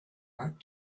back